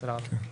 תודה רבה.